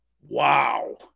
Wow